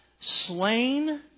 slain